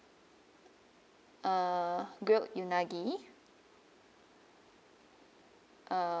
uh grilled unagi uh